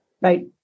right